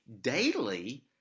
daily